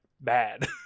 bad